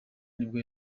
nibwo